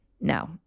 No